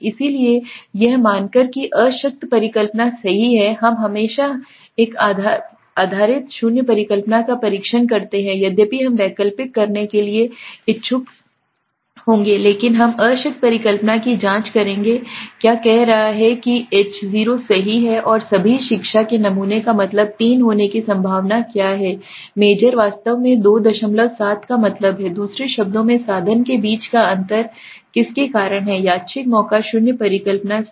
इसलिए यह मानकर कि अशक्त परिकल्पना सही है हम हमेशा हम पर आधारित शून्य परिकल्पना का परीक्षण करते हैं यद्यपि हम वैकल्पिक करने के लिए इच्छुक होंगे लेकिन हम अशक्त परिकल्पना की जाँच करेंगे क्या कह रहा है कि H0 सही है और सभी शिक्षा के नमूने का मतलब 3 होने की संभावना क्या है मेजर वास्तव में 27 का मतलब है दूसरे शब्दों में साधन के बीच का अंतर किसके कारण है यादृच्छिक मौका शून्य परिकल्पना सही